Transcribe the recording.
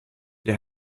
der